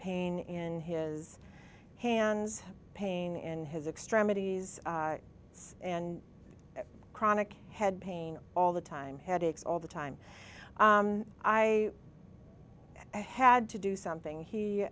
pain in his hands pain and his extremities and chronic head pain all the time headaches all the time i had to do something he